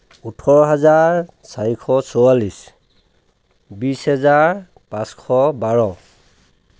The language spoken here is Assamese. ওঠৰ হাজাৰ চাৰিশ চৌৱাল্লিছ বিশ হেজাৰ পাঁচশ বাৰ